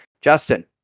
Justin